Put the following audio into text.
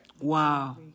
Wow